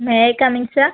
may I come in sir